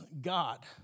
God